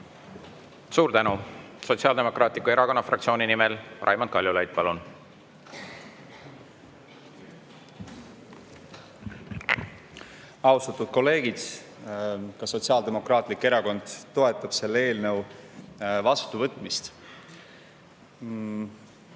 Suur tänu! Sotsiaaldemokraatliku Erakonna fraktsiooni nimel Raimond Kaljulaid, palun! Austatud kolleegid! Ka Sotsiaaldemokraatlik Erakond toetab selle eelnõu vastuvõtmist. Üks